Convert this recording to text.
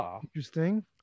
interesting